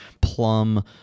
plum